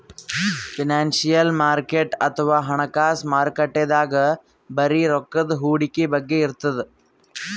financial market ಅಥವಾ ಹಣಕಾಸ್ ಮಾರುಕಟ್ಟೆದಾಗ್ ಬರೀ ರೊಕ್ಕದ್ ಹೂಡಿಕೆ ಬಗ್ಗೆ ಇರ್ತದ್